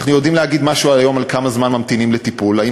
אנחנו יודעים להגיד משהו על כמה זמן ממתינים לטיפול היום.